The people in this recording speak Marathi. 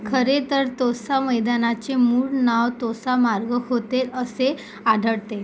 खरे तर तोसा मैदानाचे मूळ नाव तोसा मार्ग होते असे आढळते